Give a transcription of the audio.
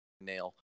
nail